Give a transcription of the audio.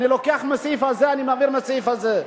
אני לוקח מהסעיף הזה ומעביר לסעיף הזה.